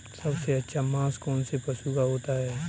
सबसे अच्छा मांस कौनसे पशु का होता है?